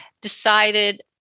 decided